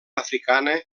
africana